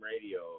radio